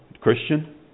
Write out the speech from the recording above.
Christian